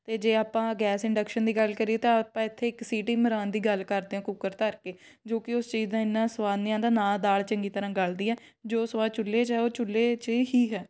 ਅਤੇ ਜੇ ਆਪਾਂ ਗੈਸ ਇੰਡਕਸ਼ਨ ਦੀ ਗੱਲ ਕਰੀਏ ਤਾਂ ਆਪਾਂ ਇੱਥੇ ਇੱਕ ਸੀਟੀ ਮਰਾਣ ਦੀ ਗੱਲ ਕਰਦੇ ਹਾਂ ਕੁੱਕਰ ਧਰ ਕੇ ਜੋ ਕਿ ਉਸ ਚੀਜ਼ ਦਾ ਇੰਨਾਂ ਸਵਾਦ ਨਹੀਂ ਆਉਂਦਾ ਨਾ ਦਾਲ ਚੰਗੀ ਤਰ੍ਹਾਂ ਗਲ਼ਦੀ ਆ ਜੋ ਸਵਾਦ ਚੁੱਲ੍ਹੇ 'ਚ ਹੈ ਉਹ ਚੁੱਲ੍ਹੇ 'ਚ ਹੀ ਹੈ